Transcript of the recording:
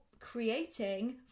creating